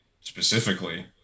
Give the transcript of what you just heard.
specifically